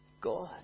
God